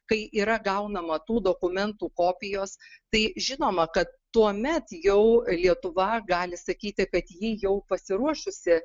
kai yra gaunama tų dokumentų kopijos tai žinoma kad tuomet jau lietuva gali sakyti kad ji jau pasiruošusi